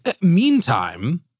meantime